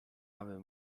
aby